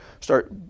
start